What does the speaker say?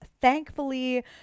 thankfully